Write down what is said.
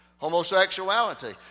Homosexuality